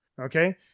Okay